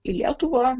į lietuvą